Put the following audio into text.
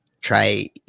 try